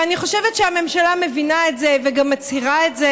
ואני חושבת שהממשלה מבינה את זה וגם מצהירה את זה.